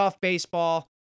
baseball